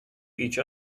each